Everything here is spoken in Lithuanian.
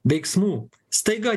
veiksmų staiga